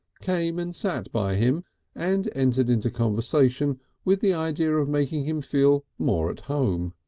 came and sat by him and entered into conversation with the idea of making him feel more at home.